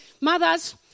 Mothers